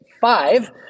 five